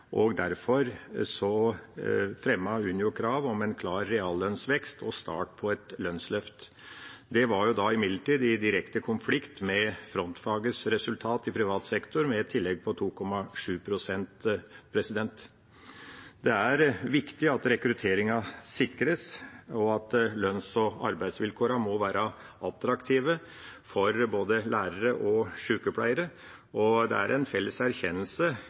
og derfor fremmet Unio krav om en klar reallønnsvekst og start på et lønnsløft. Det var imidlertid i direkte konflikt med frontfagets resultat i privat sektor, med et tillegg på 2,7 pst. Det er viktig at rekrutteringen sikres, og at lønns- og arbeidsvilkårene må være attraktive for både lærere og sykepleiere. Det er en felles erkjennelse